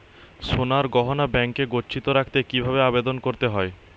সোনার গহনা ব্যাংকে গচ্ছিত রাখতে কি ভাবে আবেদন করতে হয়?